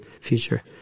future